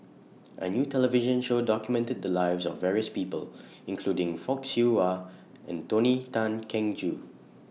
A New television Show documented The Lives of various People including Fock Siew Wah and Tony Tan Keng Joo